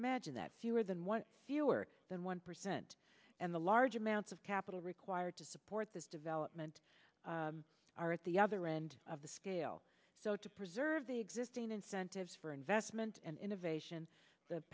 imagine that fewer than one fewer than one percent and the large amounts of capital required to support this development are at the other end of the scale so to preserve the existing incentives for investment and innovation the